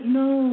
no